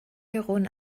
rhône